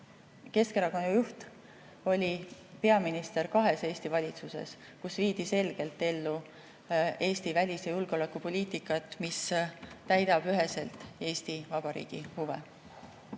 Keskerakonna juht oli peaminister kahes Eesti valitsuses, kus viidi selgelt ellu Eesti välis‑ ja julgeolekupoliitikat, mis [vastab] üheselt Eesti Vabariigi huvidele.